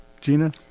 Gina